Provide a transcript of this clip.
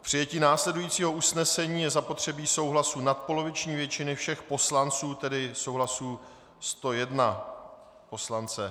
K přijetí následujícího usnesení je zapotřebí souhlasu nadpoloviční většiny všech poslanců, tedy souhlasu 101 poslance.